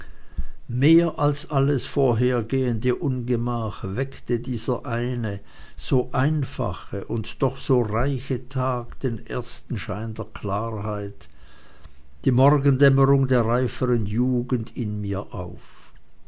mehr als alles vorhergehende ungemach weckte dieser eine so einfache und doch so reiche tag den ersten schein der klarheit die morgendämmerung der reiferen jugend in mir auf